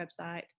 website